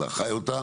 אלא חי אותה